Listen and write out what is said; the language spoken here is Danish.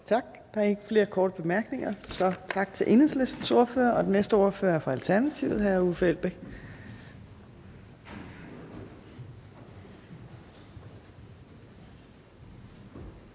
Tak. Der er ikke flere korte bemærkninger, så tak til Enhedslistens ordfører. Og den næste ordfører er fra Alternativet. Hr. Uffe Elbæk.